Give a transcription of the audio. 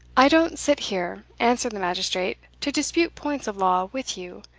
i don't sit here, answered the magistrate, to dispute points of law with you.